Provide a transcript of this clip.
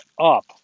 up